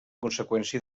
conseqüència